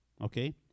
Okay